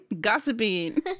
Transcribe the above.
Gossiping